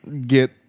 get